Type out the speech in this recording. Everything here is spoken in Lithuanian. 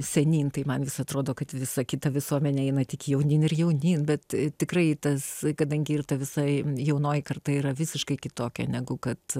senyn tai man vis atrodo kad visa kita visuomenė eina tik jaunyn ir jaunyn bet tikrai tas kadangi ir ta visa jaunoji karta yra visiškai kitokia negu kad